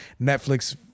netflix